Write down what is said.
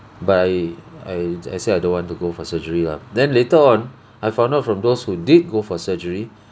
but I I j~ I say I don't want to go for surgery lah then later on I found out from those who did go for surgery